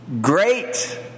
great